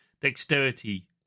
dexterity